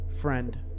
friend